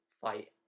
fight